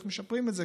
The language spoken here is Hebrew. איך משפרים את זה.